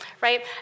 right